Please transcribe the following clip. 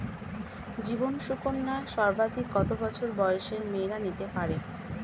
জীবন সুকন্যা সর্বাধিক কত বছর বয়সের মেয়েরা নিতে পারে?